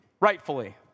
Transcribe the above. Rightfully